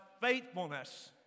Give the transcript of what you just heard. faithfulness